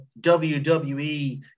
WWE